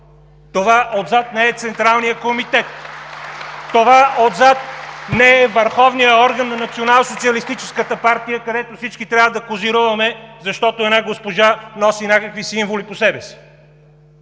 от „БСП за България“.) Това отзад не е върховният орган на Националсоциалистическата партия, където всички трябва да козируваме, защото една госпожа носи някакви символи по себе си.